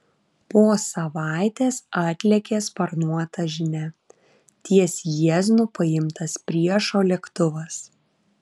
po savaitės atlėkė sparnuota žinia ties jieznu paimtas priešo lėktuvas